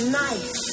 nice